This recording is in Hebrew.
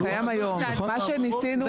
מה שניסינו.